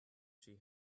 she